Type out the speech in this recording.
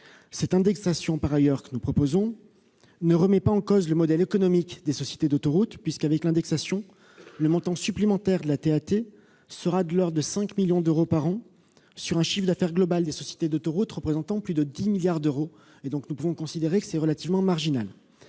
gelé. L'indexation que nous proposons ne remet pas en cause le modèle économique des sociétés d'autoroutes. Avec l'indexation, le montant supplémentaire de la TAT sera de l'ordre de 5 millions d'euros par an, sur un chiffre d'affaires global des sociétés d'autoroutes représentant plus de 10 milliards d'euros. Nous pouvons donc considérer que ce montant est relativement marginal.